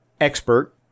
Expert